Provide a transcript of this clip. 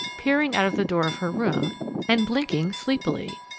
peering out of the door of her room and blinking sleepily.